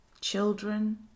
children